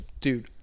Dude